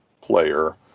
player